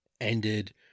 ended